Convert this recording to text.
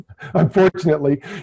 unfortunately